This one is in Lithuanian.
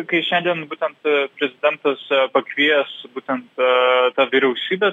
kai šiandien būtent prezidentas pakvies būtent tą vyriausybę